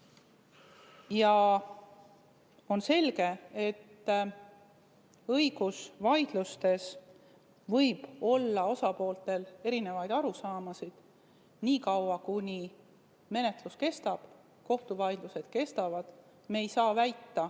Ja on selge, et õigusvaidlustes võib osapooltel olla eri arusaamasid nii kaua, kuni menetlus kestab, kohtuvaidlused kestavad. Me ei saa väita,